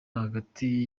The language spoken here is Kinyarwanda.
hagati